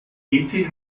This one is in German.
eth